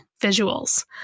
visuals